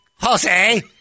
Jose